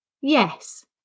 yes